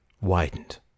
widened